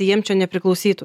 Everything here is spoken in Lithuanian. jiem čia nepriklausytų